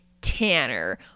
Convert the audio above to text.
Tanner